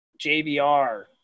JBR